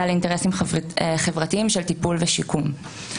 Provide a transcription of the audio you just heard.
ועל אינטרסים חברתיים של טיפול ושיקום.